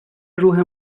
روح